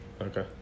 Okay